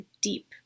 deep